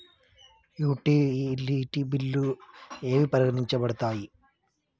Utility బిల్లులు ఏవి పరిగణించబడతాయి?